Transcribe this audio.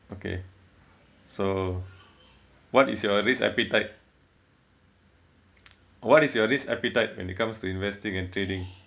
okay so what is your risk appetite what is your risk appetite when it comes to investing and trading